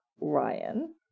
Ryan